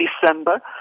December